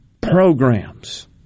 programs